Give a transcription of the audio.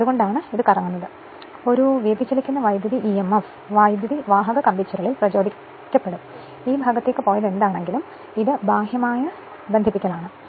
അതുകൊണ്ടാണ് ഇത് കറങ്ങുന്നത് ഒരു വ്യതിചലിക്കുന്ന വൈദ്യുതി ഇ എം എഫ് വൈദ്യുതി വാഹക കമ്പിച്ചുരുളിൽ പ്രചോദിക്കപ്പെടും ഈ ഭാഗത്തേക്ക് പോയത് എന്താണെങ്കിലും ഇത് ബാഹ്യബാഹ്യമായ ബന്ധിപ്പിക്കൽ ആണ്